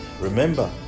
Remember